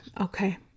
Okay